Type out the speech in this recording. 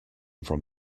from